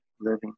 living